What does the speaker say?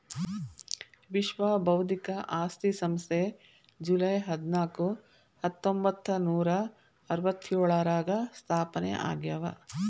ವಿಶ್ವ ಬೌದ್ಧಿಕ ಆಸ್ತಿ ಸಂಸ್ಥೆ ಜೂಲೈ ಹದ್ನಾಕು ಹತ್ತೊಂಬತ್ತನೂರಾ ಅರವತ್ತ್ಯೋಳರಾಗ ಸ್ಥಾಪನೆ ಆಗ್ಯಾದ